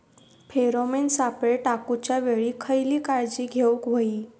Pheromone सापळे टाकूच्या वेळी खयली काळजी घेवूक व्हयी?